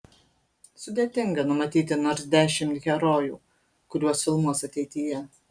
sudėtinga numatyti nors dešimt herojų kuriuos filmuos ateityje